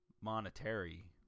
monetary